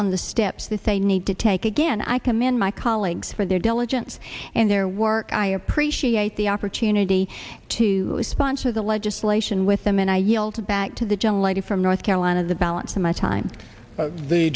on the steps that they need to take again i commend my colleagues for their diligence and their work i appreciate the opportunity to sponsor the legislation with them and i yield back to the gentle lady from north carolina of the balance of my time